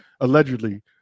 allegedly